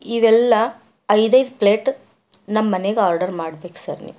ಇವೆಲ್ಲ ಐದು ಐದು ಪ್ಲೇಟ್ ನಮ್ಮ ಮನೆಗೆ ಆರ್ಡರ್ ಮಾಡ್ಬೇಕು ಸರ್ ನೀವು